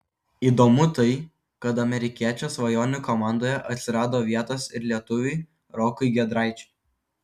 įdomu tai kad amerikiečio svajonių komandoje atsirado vietos ir lietuviui rokui giedraičiui